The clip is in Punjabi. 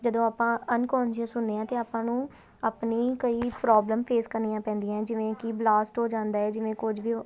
ਜਦੋਂ ਆਪਾਂ ਅਨਕੋਨਸ਼ੀਅਸ ਹੁੰਦੇ ਹਾਂ ਤਾਂ ਆਪਾਂ ਨੂੰ ਆਪਣੀ ਕਈ ਪ੍ਰੋਬਲਮ ਫੇਸ ਕਰਨੀਆਂ ਪੈਂਦੀਆਂ ਜਿਵੇਂ ਕਿ ਬਲਾਸਟ ਹੋ ਜਾਂਦਾ ਹੈ ਜਿਵੇਂ ਕੁਝ ਵੀ ਹੋ